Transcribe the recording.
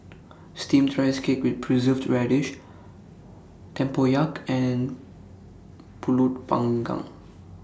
Steamed Rice Cake with Preserved Radish Tempoyak and Pulut Panggang